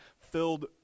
filled